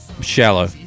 Shallow